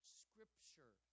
scripture